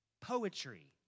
poetry